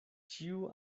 ĉiu